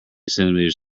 centimeters